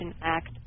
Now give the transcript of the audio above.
Act